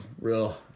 real